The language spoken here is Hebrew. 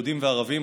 יהודים וערבים,